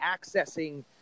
accessing